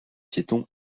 piétons